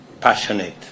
passionate